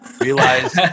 realize